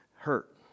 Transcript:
hurt